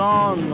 on